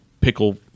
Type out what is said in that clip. pickle